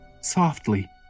softly